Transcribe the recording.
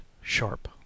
sharp